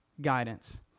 guidance